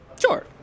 Sure